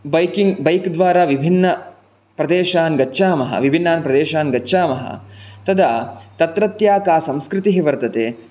biking बैक् द्वारा विभिन्नप्रदेशान् गच्छामः विभिन्नान् प्रदेशान् गच्छामः तदा तत्रत्या का संस्कृतिः वर्तते